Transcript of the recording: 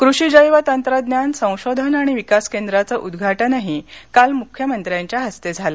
कृषी जेव तंत्रज्ञान संशोधन आणि विकासकेंद्राचं उद्घाटनही काल मुख्यमंत्र्यांच्या हस्ते झालं